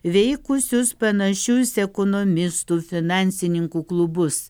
veikusius panašius ekonomistų finansininkų klubus